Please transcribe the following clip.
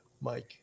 Mike